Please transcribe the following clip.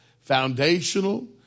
foundational